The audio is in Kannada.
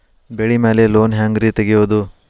ಬೆಳಿ ಮ್ಯಾಲೆ ಲೋನ್ ಹ್ಯಾಂಗ್ ರಿ ತೆಗಿಯೋದ?